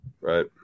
Right